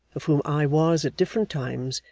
of whom i was, at different times,